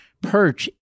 perch